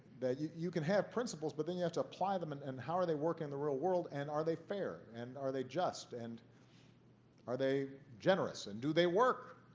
that you you can have principles, but then you have to apply them, and and how are they working in the real world, and are they fair and are they just, and are they generous, and do they work.